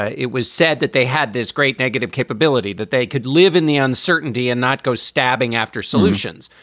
ah it was said that they had this great negative capability, that they could live in the uncertainty and not go stabbing after solutions.